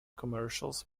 commercials